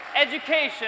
Education